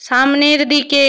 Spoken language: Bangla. সামনের দিকে